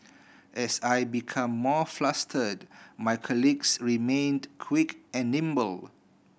as I become more flustered my colleagues remained quick and nimble